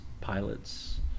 pilots